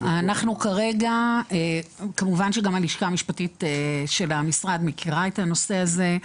כמובן שגם הלשכה המשפטית של המשרד מכירה את הנושא הזה.